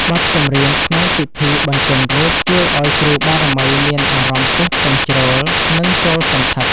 បទចម្រៀងក្នុងពិធីបញ្ជាន់រូប ជួយឱ្យគ្រូបារមីមានអារម្មណ៍ពុះកញ្ជ្រោល និងចូលសណ្ឋិត។